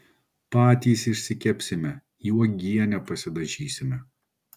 patys išsikepsime į uogienę pasidažysime